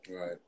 Right